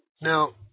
Now